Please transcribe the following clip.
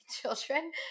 children